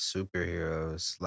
Superheroes